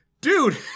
dude